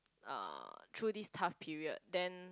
uh through this tough period then